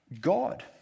God